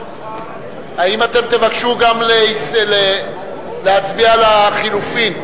האם אתם תבקשו גם להצביע על החלופין?